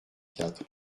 quatre